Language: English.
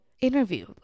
Interview